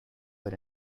were